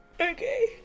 Okay